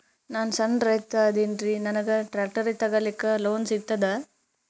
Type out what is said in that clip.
ನಾನ್ ಸಣ್ ರೈತ ಅದೇನೀರಿ ನನಗ ಟ್ಟ್ರ್ಯಾಕ್ಟರಿ ತಗಲಿಕ ಲೋನ್ ಸಿಗತದ?